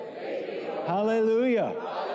Hallelujah